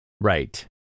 Right